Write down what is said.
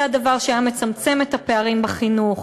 זה הדבר שהיה מצמצם את הפערים בחינוך.